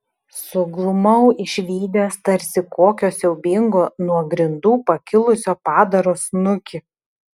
suglumau išvydęs tarsi kokio siaubingo nuo grindų pakilusio padaro snukį